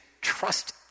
trust